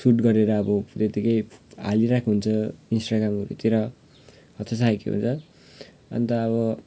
suit गरेर अब त्यतिकै हालिरहेको हुन्छ इन्स्टाग्रामहरूतिर अन्त अब